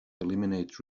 eliminate